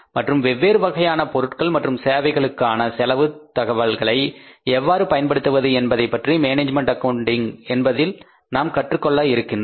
மற்றும் வெவ்வேறு வகையான பொருட்கள் மற்றும் சேவைகளுக்கான செலவு தகவல்களை எவ்வாறு பயன்படுத்துவது என்பதை பற்றி மேனேஜ்மென்ட் அக்கவுண்டிங் என்பதில் நாம் கற்றுக்கொள்ள இருக்கின்றோம்